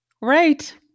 Right